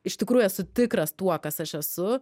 iš tikrųjų esu tikras tuo kas aš esu